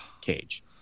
cage